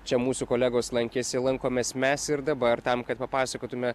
čia mūsų kolegos lankėsi lankomės mes ir dabar tam kad papasakotume